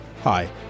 Hi